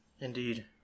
Indeed